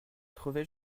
trouvés